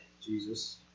Jesus